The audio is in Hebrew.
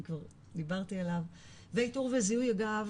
אני כבר דיברתי עליו ואיתור וזיהוי אגב